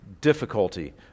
difficulty